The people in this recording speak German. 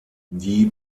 die